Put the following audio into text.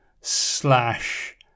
slash